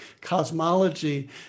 cosmology